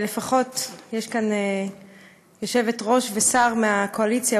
לפחות יש כאן יושבת-ראש ושר מהקואליציה,